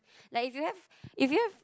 like if you have if you have